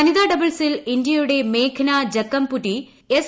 വനിതാ ഡബിൾസിൽ ഇന്ത്യയുടെ മേഘ്ന ജക്കംപുടി എസ്